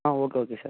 ah okay okay sir